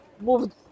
moved